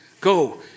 Go